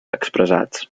expressats